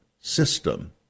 system